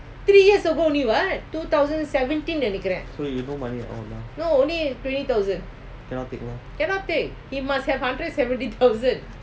so you no money at all now cannot take